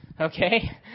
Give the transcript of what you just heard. Okay